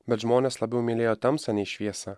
bet žmonės labiau mylėjo tamsą nei šviesą